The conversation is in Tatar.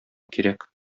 кирәк